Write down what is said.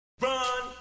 Run